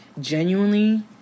genuinely